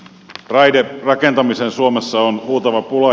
raiderakentamisesta on suomessa huutava pula